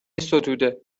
ستوده